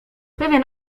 pewien